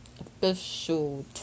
Official